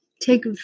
take